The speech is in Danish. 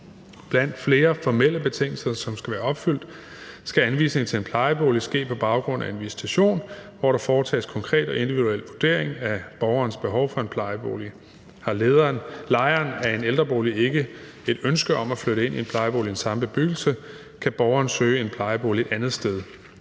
Blandt flere formelle betingelser, som skal være opfyldt, skal anvisningen til en plejebolig ske på baggrund af en visitation, hvor der foretages konkret og individuel vurdering af borgerens behov for en plejebolig. Har lejeren af en ældrebolig ikke et ønske om at flytte ind i en plejebolig i den samme bebyggelse, kan lejeren søge en plejebolig et andet sted.